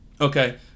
Okay